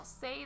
say